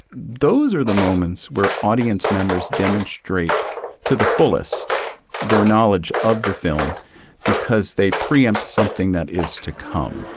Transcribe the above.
those are the moments where audience members demonstrate to the fullest their knowledge of the film because they preempt something that is to come